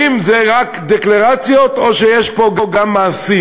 האם זה רק דקלרציות או שיש פה גם מעשים?